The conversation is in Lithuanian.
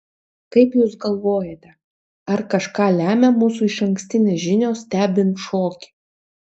kaip jūs galvojate ar kažką lemia mūsų išankstinės žinios stebint šokį